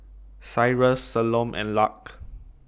Cyrus Salome and Lark